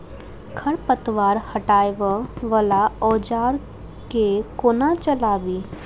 खरपतवार हटावय वला औजार केँ कोना चलाबी?